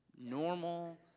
normal